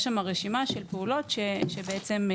יש שם רשימה של פעולות שהמנהל,